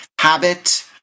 Habit